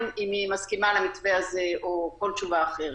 אם היא מסכימה למתווה הזה או כל תשובה אחרת.